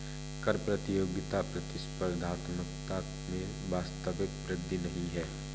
कर प्रतियोगिता प्रतिस्पर्धात्मकता में वास्तविक वृद्धि नहीं है